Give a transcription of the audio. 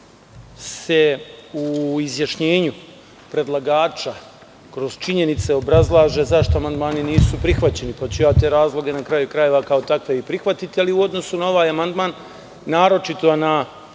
se u izjašnjenju predlagača kroz činjenice obrazlaže zašto amandmani nisu prihvaćeni, pa ću te razloge, na kraju krajeva, kao takve i prihvatiti u odnosu na ovaj amandman, naročito na